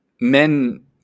men